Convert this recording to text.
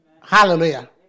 Hallelujah